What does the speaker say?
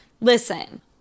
Listen